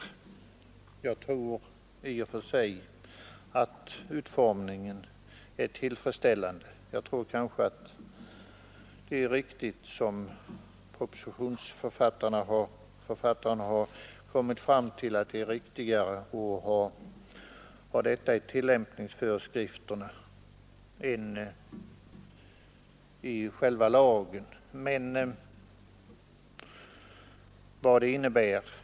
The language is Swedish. I och för sig tror jag att lagtextens utformning är tillfredsställande. Propositionsförfattaren har kommit fram till att det är bättre att ha detta inskrivet i tillämpningsföreskrifterna än i själva lagen, och jag tror att detta är riktigt.